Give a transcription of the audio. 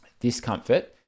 discomfort